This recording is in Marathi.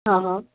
हा हा